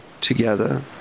together